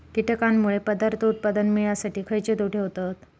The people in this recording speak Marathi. कीटकांनमुळे पदार्थ उत्पादन मिळासाठी खयचे तोटे होतत?